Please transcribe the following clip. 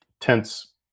Tense